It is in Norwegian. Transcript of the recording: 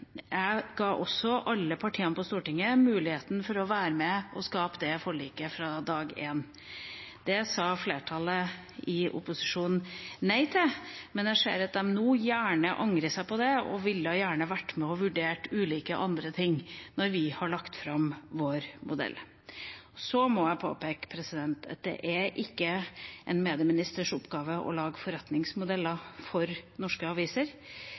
Jeg ga også alle partiene på Stortinget muligheten til å være med på å skape det forliket fra dag én. Det sa flertallet i opposisjonen nei til, men jeg skjønner at de nå angrer på det, og gjerne ville vært med på å vurdere ulike andre ting, når vi har lagt fram vår modell. Så må jeg påpeke at det er ikke en medieministers oppgave å lage forretningsmodeller for norske aviser.